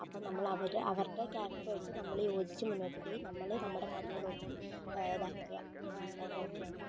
അപ്പോൾ നമ്മൾ അവര് അവരുടെ ക്യാരക്ടറുമായിട്ട് നമ്മള് യോജിച്ച് മുന്നോട്ട് പോയി നമ്മള് നമ്മുടെ കാര്യങ്ങള് നോക്കി ഇതാക്കുക അങ്ങനത്തെ കാര്യങ്ങളൊക്കെയാണ്